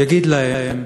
אגיד להם: